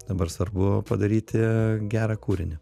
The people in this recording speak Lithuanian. dabar svarbu padaryti gerą kūrinį